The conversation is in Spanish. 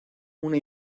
una